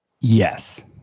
Yes